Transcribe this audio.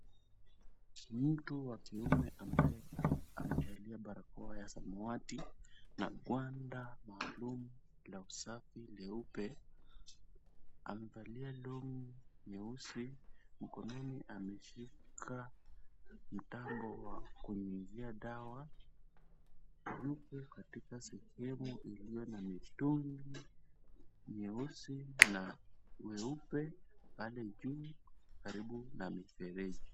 Mtu wa kiume ambaye amevalia barakoa ya samawati na gwanda maalum la usafi leupe, Amevalia long'i nyeusi, mkononi ameshika mtambo wa kunyunyizia dawa. Yupo katika sehemu iliyo na mitungi myeusi na myeupe pale juu karibu na mifereji.